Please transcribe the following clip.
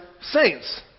saints